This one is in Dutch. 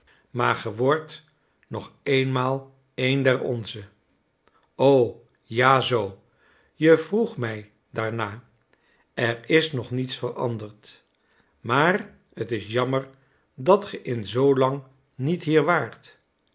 ge wordt nog eenmaal een der onzen o ja zoo je vroeg mij daarnaar er is nog niets veranderd maar t is jammer dat ge in zoo lang niet hier waart